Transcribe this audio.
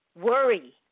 Worry